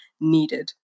needed